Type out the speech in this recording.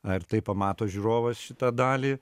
ar tai pamato žiūrovas šitą dalį